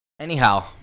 Anyhow